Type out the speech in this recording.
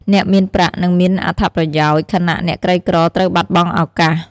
អ្នកមានប្រាក់នឹងមានអត្ថប្រយោជន៍ ខណៈអ្នកក្រីក្រត្រូវបាត់បង់ឱកាស។